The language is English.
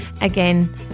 again